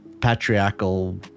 patriarchal